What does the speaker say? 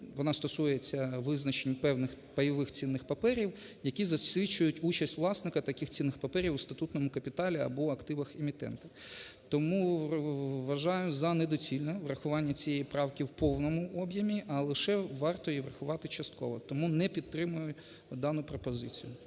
вона стосується визначень певних пайових цінних паперів, які засвідчують участь власника таких цінних паперів у статутному капіталі або активах емітента. Тому вважаю за недоцільне врахування цієї правки в повному об'ємі, а лише варто її врахувати частково. Тому не підтримую дану пропозицію.